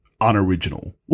unoriginal